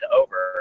over